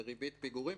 זה ריבית פיגורים,